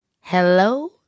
Hello